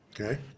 Okay